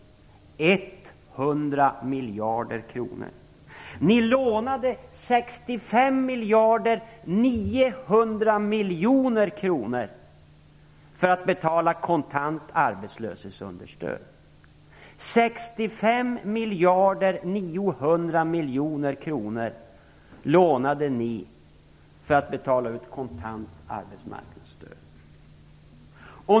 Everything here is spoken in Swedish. Ni lånade 65 900 miljoner kronor för att betala kontant arbetslöshetsunderstöd. 65 900 miljoner kronor lånade ni för att betala ut kontant arbetsmarknadsstöd.